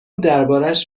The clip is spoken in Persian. دربارش